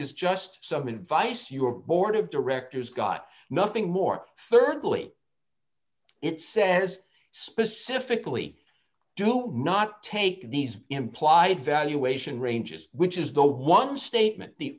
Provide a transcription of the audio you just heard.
is just some advice your board of directors got nothing more thirdly it says specifically do not take these implied valuation ranges which is the one statement the